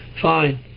fine